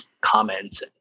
comments